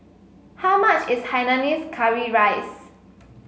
how much is Hainanese Curry Rice